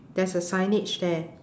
there's a signage there